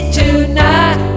tonight